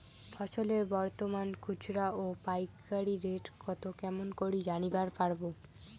ফসলের বর্তমান খুচরা ও পাইকারি রেট কতো কেমন করি জানিবার পারবো?